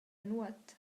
nuot